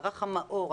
מערך המאו"ר,